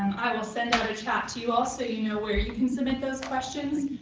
i will send another chat to you all so you know where you can submit those questions,